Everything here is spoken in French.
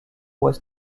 ouest